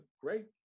great